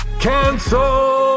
Cancel